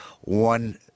one